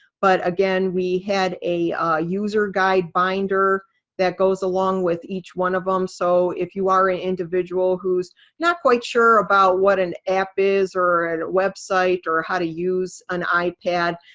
but again, we had a user guide binder that goes along with each one of them. so if you are an individual who's not quite sure about what an app is, or and a website, or how to use an ipad,